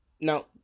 Now